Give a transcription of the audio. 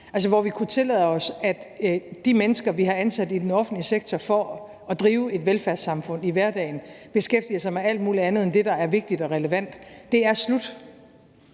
lille smule skarp – at de mennesker, vi har ansat i den offentlige sektor for at drive et velfærdssamfund i hverdagen, beskæftiger sig med alt muligt andet end det, der er vigtigt og relevant, er slut.